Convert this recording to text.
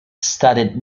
studied